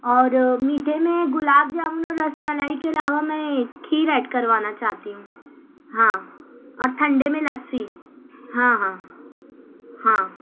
اور میٹھے میں گلاب جامن اور رس ملائی کے علاوہ میں کھیر ایڈ کروانا چاہتی ہوں ہاں اور ٹھنڈے میں لسی ہاں ہاں ہاں